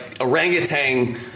orangutan